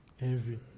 Envy